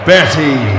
Betty